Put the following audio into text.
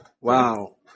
Wow